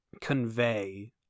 convey